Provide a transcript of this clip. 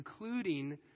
including